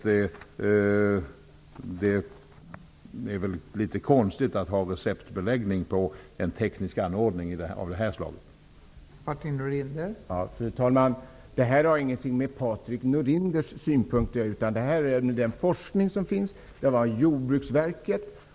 Men det är väl litet konstigt att belägga en teknisk anordning av det här slaget med recept.